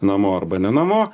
namo arba ne namo